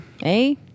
Hey